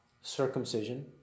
circumcision